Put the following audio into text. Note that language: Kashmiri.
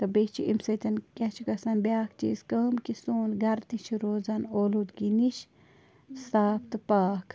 تہٕ بیٚیہِ چھِ اَمہِ سۭتۍ کیٛاہ چھِ گژھان بیٛاکھ چیٖز کٲم کہِ سون گَرٕ تہِ چھِ روزان اولوٗدگی نِش صاف تہٕ پاک